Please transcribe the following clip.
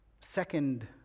second